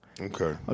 Okay